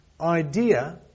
idea